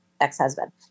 ex-husband